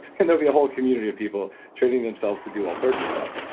and there'll be a whole community of people turning themselves to do all sorts of stuff.